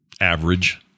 average